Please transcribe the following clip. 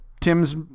Tim's